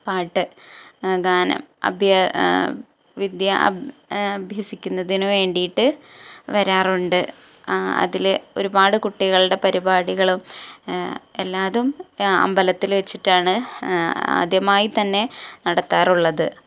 പാട്ട് ഗാനം വിദ്യ അഭ്യസിക്കുന്നതിന് വേണ്ടിയിട്ട് വരാറുണ്ട് അതിൽ ഒരുപാട് കുട്ടികളുടെ പരിപാടികളും എല്ലാതും അമ്പലത്തിൽ വെച്ചിട്ടാണ് ആദ്യമായിത്തന്നെ നടത്താറുള്ളത്